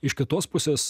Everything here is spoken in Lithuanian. iš kitos pusės